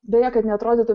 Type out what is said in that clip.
beje kad neatrodytų